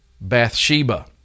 Bathsheba